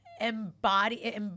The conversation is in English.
embody